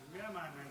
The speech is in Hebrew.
אדוני היושב-ראש,